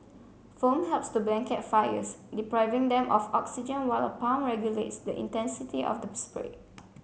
foam helps to blanket fires depriving them of oxygen while a pump regulates the intensity of the spray